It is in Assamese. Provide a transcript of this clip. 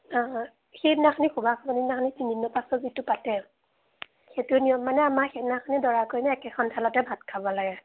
অঁ অঁ সেইদিনাখনি খোবা খুবী দিনাখনি তিনিদিনৰ পাছত যিটো পাতে সেইটো নিয়ম মানে আমাৰ সেইদিনাখনি দৰা কইনা একেখন থালতে ভাত খাব লাগে